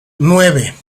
nueve